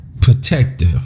protector